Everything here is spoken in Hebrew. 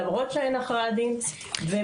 למרות שאין הכרעת דין --- רגע,